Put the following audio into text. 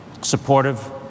Supportive